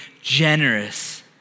generous